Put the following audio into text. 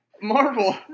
Marvel